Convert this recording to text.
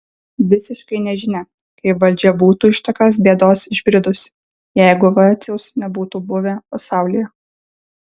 visiškai nežinia kaip valdžia būtų iš tokios bėdos išbridusi jeigu vaciaus nebūtų buvę pasaulyje